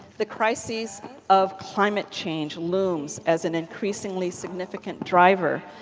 the crisis of climate change looms as an increasingly significant driver,